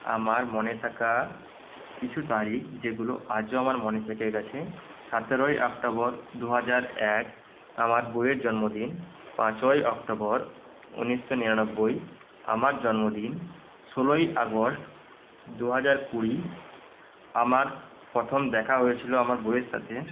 আমার মনে থাকা কিছু তারিখ যেগুলো আজও আমার মনে থেকে গিয়েছে সতেরোই অক্টোবর দুহাজার এক আমার বউয়ের জন্মদিন পাঁচই অক্টোবর উনিশশো নিরানব্বই আমার জন্মদিন ষোলোই আগস্ট দুহাজার কুড়ি আমার প্রথম দেখা হয়েছিল আমার বউয়ের সাথে